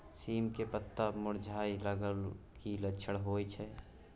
सीम के पत्ता मुरझाय लगल उ कि लक्षण होय छै?